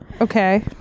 okay